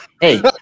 hey